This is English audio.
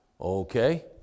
Okay